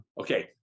Okay